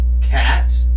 Cat